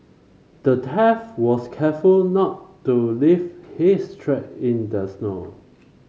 the thief was careful not to leave his track in the snow